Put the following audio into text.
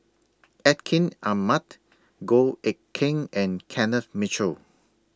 Atin Amat Goh Eck Kheng and Kenneth Mitchell